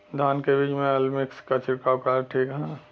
धान के बिज में अलमिक्स क छिड़काव करल ठीक ह?